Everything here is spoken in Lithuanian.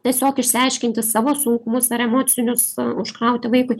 tiesiog išsiaiškinti savo sunkumus ar emocinius užkrauti vaikui